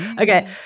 Okay